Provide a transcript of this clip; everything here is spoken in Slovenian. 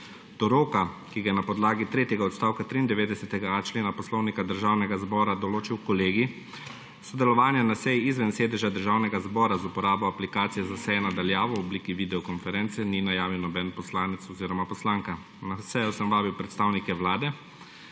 Do roka, ki ga je na podlagi tretjega odstavka 93.a člena Poslovnika Državnega zbora določil kolegij, sodelovanje na seji izven sedeža Državnega zbora z uporabo aplikacije za seje na daljavo v obliki videokonference ni najavil noben poslanec oziroma poslanka. Na sejo sem vabil predstavnike Vlade.